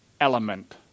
element